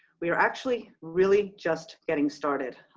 we are actually really just getting started.